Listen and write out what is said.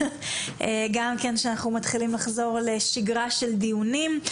גם כן שאנחנו מתחילים לחזור לשגרה של דיונים.